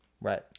right